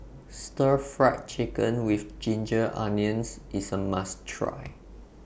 Stir Fried Chicken with Ginger Onions IS A must Try